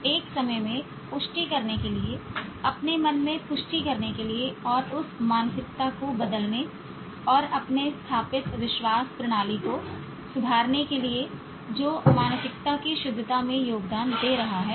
एक समय में पुष्टि करने के लिए अपने मन में पुष्टि करने के लिए और उस मानसिकता को बदलने और अपने स्थापित विश्वास प्रणाली को सुधारने के लिए जो मानसिकता की शुद्धता में योगदान दे रहा है